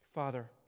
Father